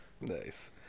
Nice